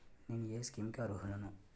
నేను ఏ స్కీమ్స్ కి అరుహులను?